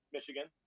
Michigan